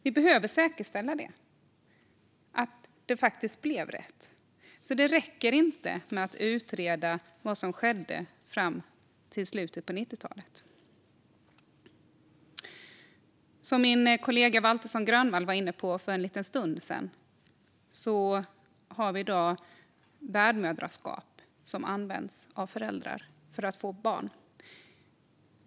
Vi behöver säkerställa att det faktiskt blev rätt. Det räcker därför inte att utreda vad som skedde fram till slutet av 90-talet. Som min kollega Waltersson Grönvall var inne på för en liten stund sedan kan föräldrar i dag använda sig av värdmoderskap för att få barn.